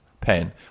pen